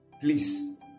please